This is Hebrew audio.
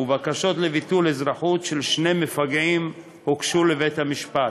ובקשות לביטול אזרחות של שני מפגעים הוגשו לבית-המשפט.